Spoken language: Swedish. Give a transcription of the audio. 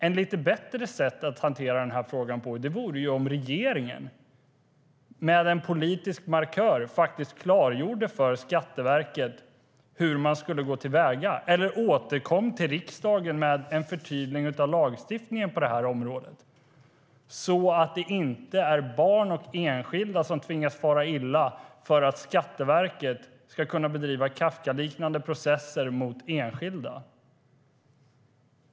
Ett bättre sätt att hantera den här frågan vore om regeringen med en politisk markör faktiskt klargjorde för Skatteverket hur man ska gå till väga eller återkom till riksdagen med ett förtydligande av lagstiftningen på det här området så att barn och enskilda inte tvingas fara illa för att Skatteverket ska kunna bedriva Kafkaliknande processer mot enskilda.